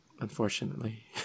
unfortunately